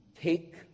take